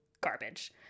garbage